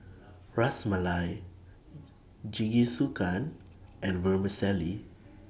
Ras Malai Jingisukan and Vermicelli